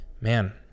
Man